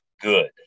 good